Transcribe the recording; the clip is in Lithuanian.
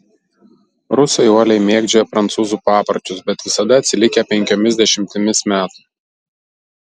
rusai uoliai mėgdžioja prancūzų papročius bet visada atsilikę penkiomis dešimtimis metų